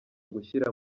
gushyira